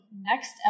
next